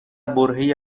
برههای